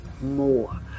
more